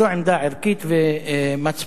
זו עמדה ערכית ומצפונית.